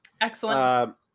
Excellent